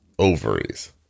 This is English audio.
ovaries